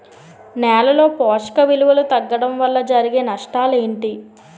నేలలో పోషక విలువలు తగ్గడం వల్ల జరిగే నష్టాలేంటి?